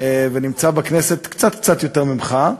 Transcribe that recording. ונמצא בכנסת קצת קצת יותר ממך,